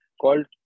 called